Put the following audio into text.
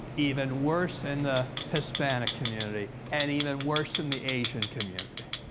even worse in the hispanic community, and even worse in the asian community.